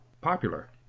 popular